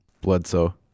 Bledsoe